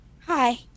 Hi